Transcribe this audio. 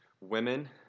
women